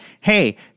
hey